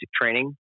training